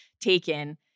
taken